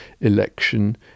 election